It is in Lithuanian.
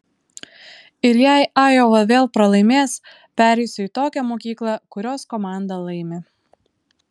ir jei ajova vėl pralaimės pereisiu į tokią mokyklą kurios komanda laimi